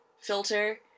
filter